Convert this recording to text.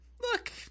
Look